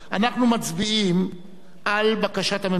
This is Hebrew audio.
אנחנו מצביעים על בקשת הממשלה,